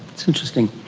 it's interesting.